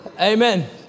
Amen